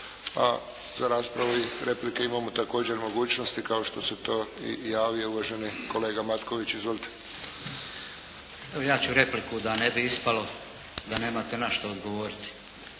za raspravu i replike imamo također mogućnosti kao što se to i javio uvaženi kolega Matković. Izvolite. **Matković, Borislav (HDZ)** Ja ću repliku, da ne bi ispalo da nemate na što odgovoriti.